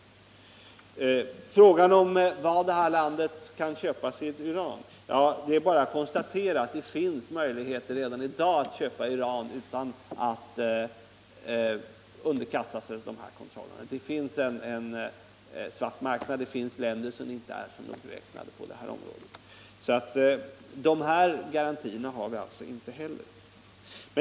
I fråga om var det här landet kan köpa sitt uran är det bara att konstatera att det finns möjligheter redan i dag att köpa uran utan att underkasta sig dessa kontroller. Det finns en svart marknad, och det finns länder som inte är så nogräknade på det här området. Så de garantierna finns alltså inte heller.